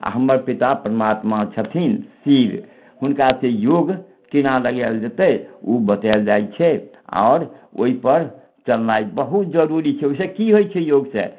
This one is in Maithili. आओर हमर पिता परमात्मा छथिन हुनकासँ योग केना लगायल जेतय उ बतायल जाइ छै आओर ओइपर चलनाइ बहुत जरूरी छै ओइसँ की होइ छै योगसँ